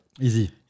easy